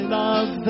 love